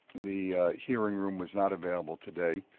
the hearing room was not available today.